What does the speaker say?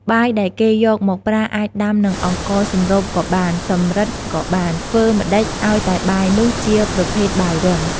បាយដែលគេយកមកប្រើអាចដាំនឹងអង្ករសម្រូបក៏បាន សម្រិតក៏បាន ធ្វើម្តេចឲ្យតែបាយនោះជាប្រភេទបាយរឹង។